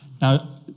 Now